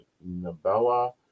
novella